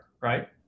right